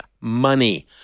money